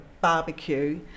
barbecue